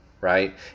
right